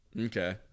Okay